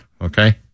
okay